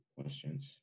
questions